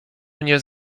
mnie